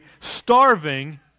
starving